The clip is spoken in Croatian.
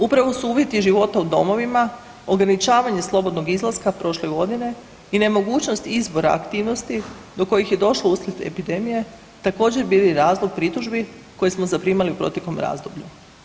Upravo su uvjeti života u domovima, ograničavanje slobodnog izlaska prošle godine i nemogućnost izbora aktivnosti do kojih je došlo uslijed epidemije također bili razlog pritužbi koje smo zaprimali u proteklom razdoblju.